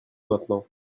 maintenant